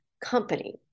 company